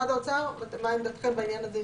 משרד האוצר, מה עמדתכם בעניין הזה?